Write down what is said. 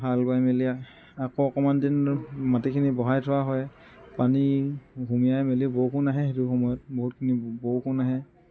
হাল বাই মেলি আকৌ অকণমান দিন মাটিখিনি বহাই থোৱা হয় পানী সোমোৱাই মেলি বৰষুণ আহে সেইটো সময়ত বহুতখিনি বৰষুণ আহে